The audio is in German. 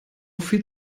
viel